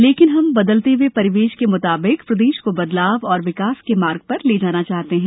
लेकिन हम बदलते हुए परिवेश के मुताबिक प्रदेश को बदलाव और विकास के मार्ग पर ले जाना चाहते है